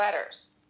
letters